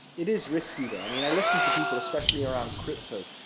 it is risky though, i mean i listen to people especially around cryptos.